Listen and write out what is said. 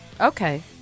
Okay